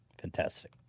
Fantastic